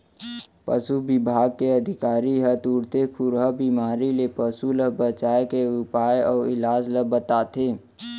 पसु बिभाग के अधिकारी ह तुरते खुरहा बेमारी ले पसु ल बचाए के उपाय अउ इलाज ल बताथें